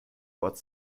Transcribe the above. ort